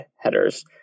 headers